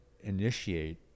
initiate